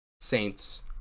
saints